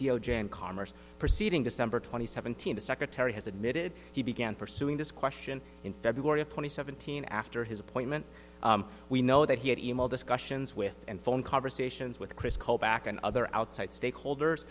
d o j and commerce proceeding december twenty seventh the secretary has admitted he began pursuing this question in february of twenty seventeen after his appointment we know that he had e mail discussions with and phone conversations with chris colback and other outside stakeholders